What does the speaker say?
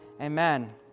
Amen